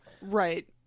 Right